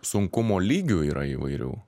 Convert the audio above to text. sunkumo lygių yra įvairių